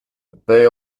they